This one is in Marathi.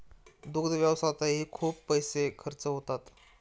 दुग्ध व्यवसायातही खूप पैसे खर्च होतात